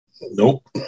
nope